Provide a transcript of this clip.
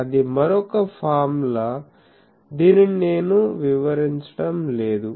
అది మరొక ఫార్ములా దీనిని నేను వివరించడం లేదు